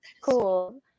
cool